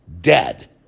Dead